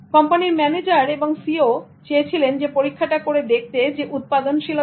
কোম্পানীর ম্যানেজার এবং সিইওCEO'চেয়েছিলেন পরীক্ষা করে দেখতে উৎপাদনশীলতা